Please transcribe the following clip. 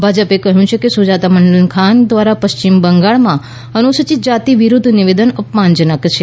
ભાજપે કહ્યું છે કે સુજાતા મંડલ ખાન દ્વારા પશ્ચિમ બંગાળમાં અનુસૂચિત જાતિ વિરુદ્ધ નિવેદન અપમાનજનક છે